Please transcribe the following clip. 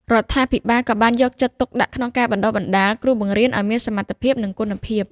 រដ្ឋាភិបាលក៏បានយកចិត្តទុកដាក់ក្នុងការបណ្ដុះបណ្ដាល គ្រូបង្រៀន ឱ្យមានសមត្ថភាព និងគុណភាព។